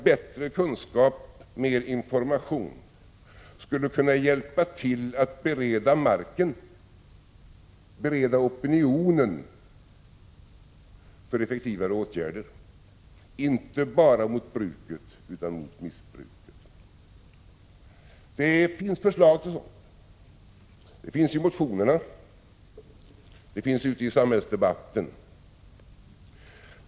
Bättre kunskap och mer information skulle självfallet kunna hjälpa till att bereda marken, bereda en opinion, för effektivare åtgärder, inte bara mot bruket utan också mot missbruket. Det finns sådana förslag; i motionerna och i samhällsdebatten.